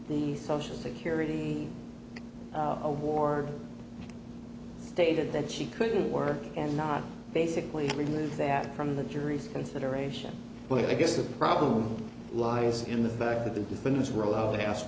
the social security a war stated that she couldn't work and not basically remove that from the jury's consideration but i guess the problem lies in the fact that the defendants were allowed to ask